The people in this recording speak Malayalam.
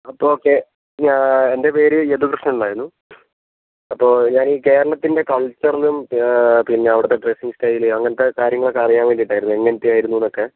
അപ്പോൾ കേ ഞാൻ എൻ്റെ പേര് യദുകൃഷ്ണൻ എന്നായിരുന്നു അപ്പോൾ ഞാൻ ഈ കേരളത്തിൻ്റെ കൾച്ചറിനെയും പിന്നെ അവിടുത്തെ ഡ്രസിങ് സ്റ്റൈൽ അങ്ങനത്തെ കാര്യങ്ങളൊക്കെ അറിയാൻ വേണ്ടിയിട്ടായിരുന്നു എങ്ങനത്തെയായിരുന്നു എന്നൊക്കെ